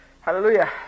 Hallelujah